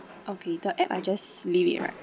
okay the app I just leave it right